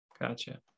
Gotcha